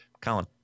Colin